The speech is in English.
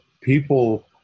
people